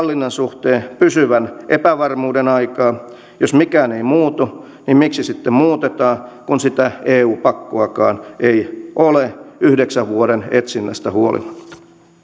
hallinnan suhteen pysyvän epävarmuuden aikaan jos mikään ei muutu niin miksi sitten muutetaan kun sitä eu pakkoakaan ei ole yhdeksän vuoden etsinnästä huolimatta